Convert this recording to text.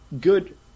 good